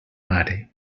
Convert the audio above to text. mare